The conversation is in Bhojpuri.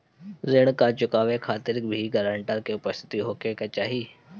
का ऋण चुकावे के खातिर भी ग्रानटर के उपस्थित होखे के चाही?